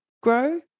grow